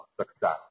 success